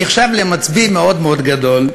שנמחשב למצביא מאוד מאוד גדול,